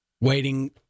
waiting